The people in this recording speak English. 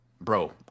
bro